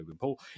Paul